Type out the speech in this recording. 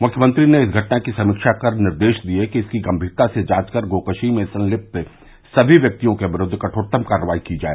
मुख्यमंत्री ने इस घटना की समीक्षा कर निर्देश दिए कि इसकी गंभीरता से जाँच कर गोकशी में संलिप्त सभी व्यक्तियों के विरुद्ध कठोरतम कार्रवाई की जाए